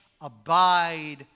abide